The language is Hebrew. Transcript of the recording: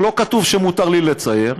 לא כתוב שמותר לי לצייר.